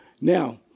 Now